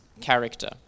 character